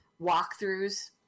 walkthroughs